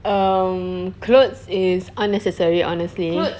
um clothes is unnecessary honestly